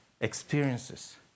experiences